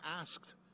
asked